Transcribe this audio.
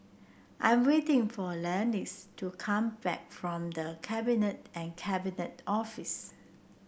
I'm waiting for Leatrice to come back from The Cabinet and Cabinet Office